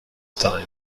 time